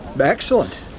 excellent